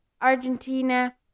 Argentina